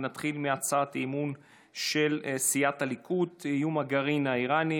נתחיל מהצעת אי-אמון של סיעת הליכוד: איום הגרעין האיראני,